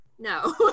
No